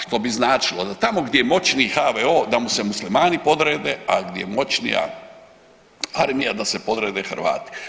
Što bi značilo da tamo gdje je moćni HVO da mu se Muslimani podrede, a gdje je moćnija armija da se podrede Hrvati.